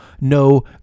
No